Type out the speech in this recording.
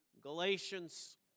Galatians